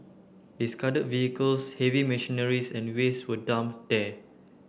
discarded vehicles heavy machineries and waste were dumped there